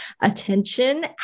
attention